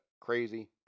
crazy